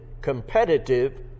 competitive